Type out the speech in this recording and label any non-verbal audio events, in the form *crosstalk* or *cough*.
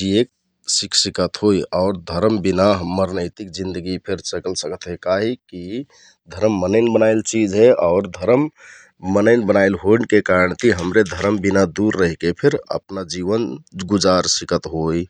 जियेक सिख सकत होइ । आउर धरम बिना हम्मर नैतिक जिन्दगि फेक चल सिकत हे । काहिकि धरम मनैंन बनाइल चिझ हे आउर धरम मनैंन बनाइल होइलके कारणति हमरे धरम *noise* बिना दुर रैहके फेर जिवन गुजार सिकत होइ ।